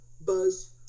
buzz